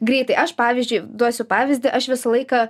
greitai aš pavyzdžiui duosiu pavyzdį aš visą laiką